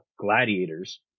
gladiators